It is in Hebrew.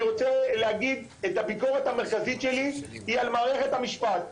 אני רוצה להגיד את הביקורת המרכזית שלי היא על מערכת המשפט.